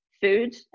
food